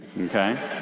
okay